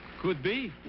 could be.